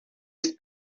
ist